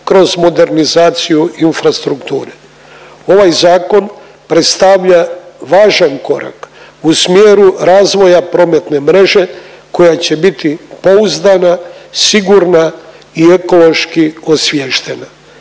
kroz modernizaciju infrastrukture. Ovaj zakon predstavlja važan korak u smjeru razvoja prometne mreže koja će biti pouzdana, sigurna i ekološki osviještena.